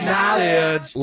Knowledge